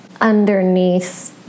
underneath